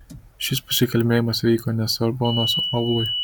šis pasikalbėjimas vyko ne sorbonos auloj